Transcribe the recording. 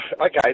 okay